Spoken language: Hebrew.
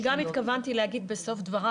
אני לא רוצה לומר את כל הדברים,